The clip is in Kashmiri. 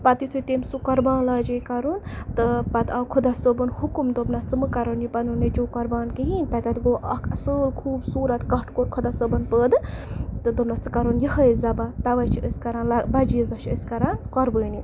پَتہٕ یُتھُے تمہِ سُہ قۄربان لاجے کَرُن تہٕ پَتہٕ آو خۄدا صٲبُن حُکُم دوٚپنَس ژٕ مہٕ کَرُن یہِ پَنُن نیٚچیوٗ قۄربان کِہیٖنۍ تَتیتھ گوٚو اَکھ اَصٕل خوٗبصوٗرت کَٹھ کوٚر خۄدا صٲبَن پٲدٕ تہٕ دوٚپنَس ژٕ کَرُن یِہٕے ذبح تَوَے چھِ أسۍ کَران لَ بَجہِ عیٖذ دۄہ چھِ أسۍ کَران قۄربٲنی